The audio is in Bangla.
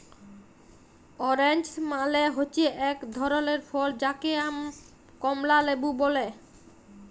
অরেঞ্জ মালে হচ্যে এক ধরলের ফল যাকে কমলা লেবু ব্যলে